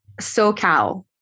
SoCal